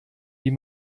wie